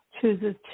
chooses